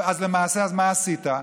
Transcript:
אז למעשה מה עשית?